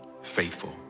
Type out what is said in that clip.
faithful